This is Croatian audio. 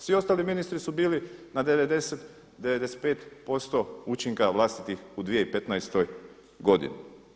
Svi ostali ministri su bili na 90, 95% učinka vlastitih u 2015. godini.